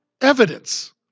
evidence